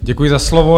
Děkuji za slovo.